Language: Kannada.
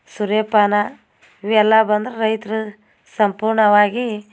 ಸೂರ್ಯಪಾನ ಇವೆಲ್ಲ ಬಂದ್ರೆ ರೈತ್ರು ಸಂಪೂರ್ಣವಾಗಿ